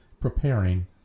preparing